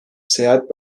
seyahat